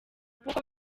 nk’uko